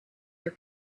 your